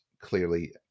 clearly